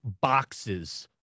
boxes